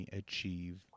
achieve